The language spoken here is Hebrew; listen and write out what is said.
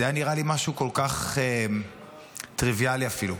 זה נראה לי משהו כל כך טריוויאלי אפילו.